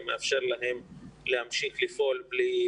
זה מאפשר להם להמשיך לפעול במסגרות שעוברות לאחריות